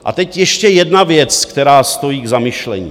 A teď ještě jedna věc, která stojí k zamyšlení.